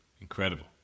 Incredible